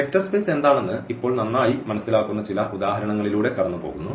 vector space എന്താണെന്ന് ഇപ്പോൾ നന്നായി മനസ്സിലാക്കുന്ന ചില ഉദാഹരണങ്ങളിലൂടെ കടന്നുപോകുന്നു